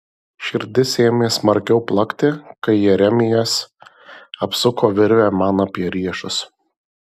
širdis ėmė smarkiau plakti kai jeremijas apsuko virvę man apie riešus